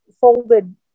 folded